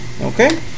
Okay